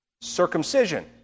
Circumcision